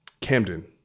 Camden